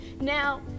Now